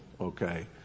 okay